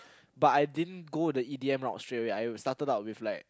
but I didn't go the E D M route straightaway I started out with like